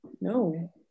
no